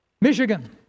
Michigan